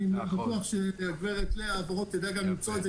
אני בטוח שגברת לאה ורון תדע גם למצוא את זה,